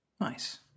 nice